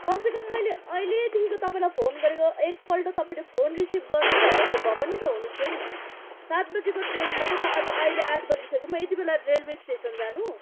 कमसेकम मैले अहिलेदेखिको तपाईँलाई फोन गरेको एकपल्ट तपाईँले फोन रिसिभ गर्नु भएको भ पनि त हुनेथ्यो नि सात बजीको ट्रेनमा चैँ म अब ऐले आठ बजी सक्यो म एति बेला रेलवे स्टेसन जानु